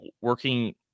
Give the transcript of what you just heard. working